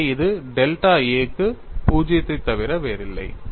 எனவே இது delta a க்கு 0 ஐத் தவிர வேறில்லை